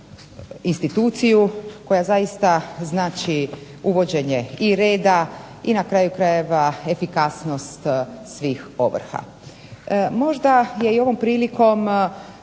instituciju koja zaista znači uvođenje i reda i na kraju krajeva efikasnost svih ovrha. Možda je ovom prilikom